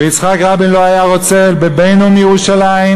ויצחק רבין לא היה רוצה בבינאום ירושלים,